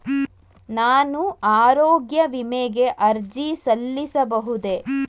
ನಾನು ಆರೋಗ್ಯ ವಿಮೆಗೆ ಅರ್ಜಿ ಸಲ್ಲಿಸಬಹುದೇ?